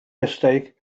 mistake